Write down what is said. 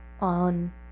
on